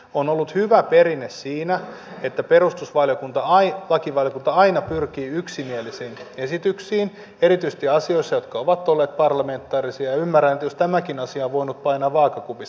on ollut hyvä perinne siinä että perustuslakivaliokunta aina pyrkii yksimielisiin esityksiin erityisesti asioissa jotka ovat olleet parlamentaarisia ja ymmärrän jos tämäkin asia on voinut painaa vaakakupissa